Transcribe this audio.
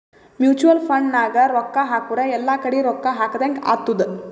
mutual fund ನಾಗ್ ರೊಕ್ಕಾ ಹಾಕುರ್ ಎಲ್ಲಾ ಕಡಿ ರೊಕ್ಕಾ ಹಾಕದಂಗ್ ಆತ್ತುದ್